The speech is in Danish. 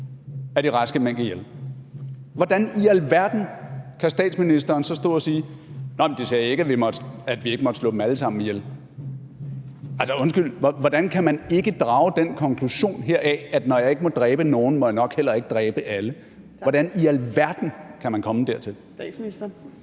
gjort bekendt med det, hvordan i alverden kan statsministeren så stå og sige: Nå, men de sagde ikke, at vi ikke måtte slå dem alle sammen ihjel? Altså, undskyld! Hvordan kan man ikke drage den konklusion heraf, at når jeg ikke må dræbe nogen, må jeg nok heller ikke dræbe alle? Hvordan i alverden kan man komme dertil? Kl.